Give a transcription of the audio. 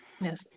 Yes